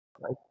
right